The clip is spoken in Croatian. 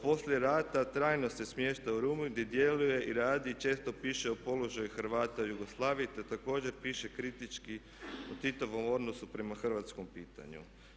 Poslije rata trajno se smješta u Rumu gdje djeluje i radi i često piše o položaju Hrvata u Jugoslaviji te također piše kritički o Titovom odnosu prema hrvatskom pitanju.